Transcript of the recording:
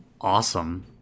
Awesome